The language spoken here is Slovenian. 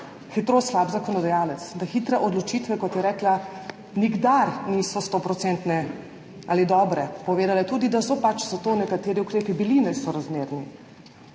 hitrost slab zakonodajalec, da hitre odločitve, kot je rekla, nikdar niso stoprocentne ali dobre. Povedala je tudi, da so bili pač zato nekateri ukrepi nesorazmerni.